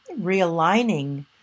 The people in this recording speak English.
realigning